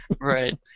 Right